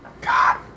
God